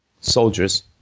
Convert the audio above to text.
soldiers